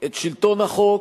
את שלטון החוק,